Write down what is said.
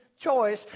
choice